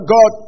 God